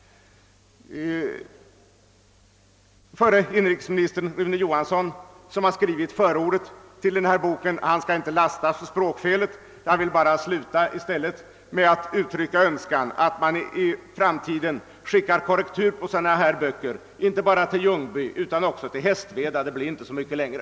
Förre inrikesministern Rune Johansson, som har skrivit förordet till boken, skall inte lastas för språkfelet. Jag vill bara sluta med att uttrycka en önskan, att man i framtiden skickar korrektur på sådana böcker, inte bara till Ljungby, utan också till Hästveda. Det blir inte så mycket längre.